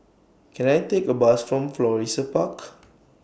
Can I Take A Bus from Florissa Park